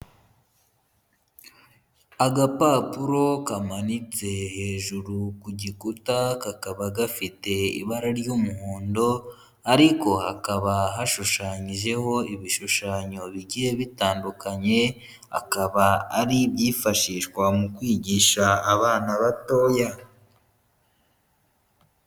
Agapapuro kamanitse hejuru ku gikuta, kakaba gafite ibara ry'umuhondo ariko hakaba hashushanyijeho ibishushanyo bigiye bitandukanye, akaba ari ibyifashishwa mu kwigisha abana batoya.